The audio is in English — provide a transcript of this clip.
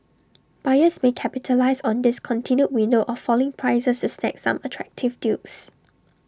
buyers may capitalise on this continued window of falling prices to snag some attractive deals